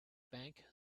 bank